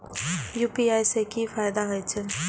UPI से की फायदा हो छे?